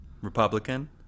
Republican